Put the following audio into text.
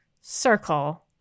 Circle